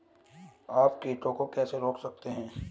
आप कीटों को कैसे रोक सकते हैं?